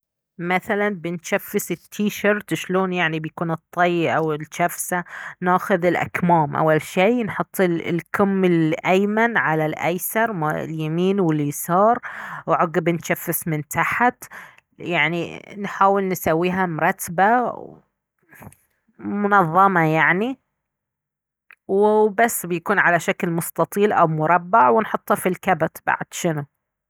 مثلا بنجفس التيشيرت شلون يعني بيكون الطي او الجفسة ناخذ الاكمام اول شي نحط الكم الايمن على الايسر واليمين واليسار وعقب نجفس من تحت يعني نحاول نسويها مرتبة منظمة يعني وبس بيكون على شكل مستطيل او مربع ونحطه في الكبت بعد شنو